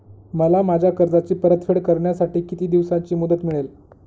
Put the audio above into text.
मला माझ्या कर्जाची परतफेड करण्यासाठी किती दिवसांची मुदत मिळेल?